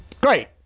Great